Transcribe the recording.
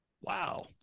wow